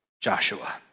Joshua